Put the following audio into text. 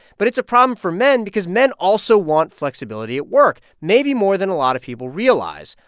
but it's a problem for men because men also want flexibility at work, maybe more than a lot of people realize.